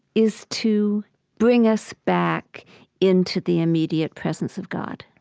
is to bring us back into the immediate presence of god